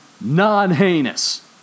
non-heinous